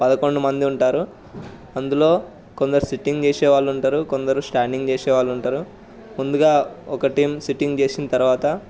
పదకొండు మంది ఉంటారు అందులో కొందరు సిట్టింగ్ చేసే వాళ్ళు ఉంటారు కొందరు స్టాండింగ్ చేసే వాళ్ళు ఉంటారు ముందుగా ఒక టీం సిట్టింగ్ చేసిన తర్వాత